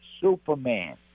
Superman